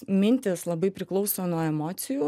mintys labai priklauso nuo emocijų